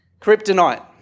kryptonite